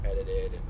edited